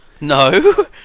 No